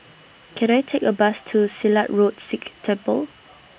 Can I Take A Bus to Silat Road Sikh Temple